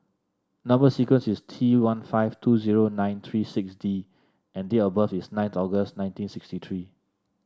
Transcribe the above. number sequence is T one five two zero nine three six D and date of birth is nine August nineteen sixty three